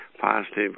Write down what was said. positive